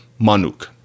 Manuk